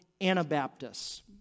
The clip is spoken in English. Anabaptists